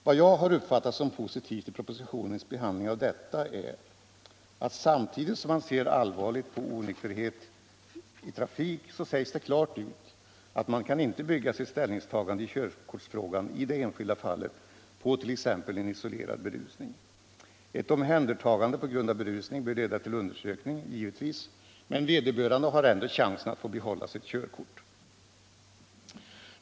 Vad jag nu har uppfattat som positivt i propositionens behandling av detta är att samtidigt som man ser allvarligt på onykterheten i trafik så sägs det klart ut att man inte kan bygga sitt ställningstagande i körkortsfrågan i det enskilda fallet på t.ex. en isolerad berusning. Ett omhändertagande på grund av berusning bör leda till undersökning, givetvis, men vederbörande har ändå chansen att få behålla sitt körkort.